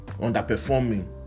underperforming